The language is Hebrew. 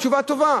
תשובה טובה.